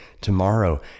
tomorrow